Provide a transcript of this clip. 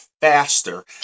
faster